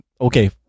Okay